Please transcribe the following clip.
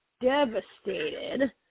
Devastated